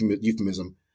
euphemism